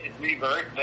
revert